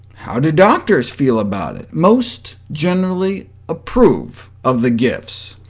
how do doctors feel about it? most generally approve of the gifts,